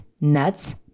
nuts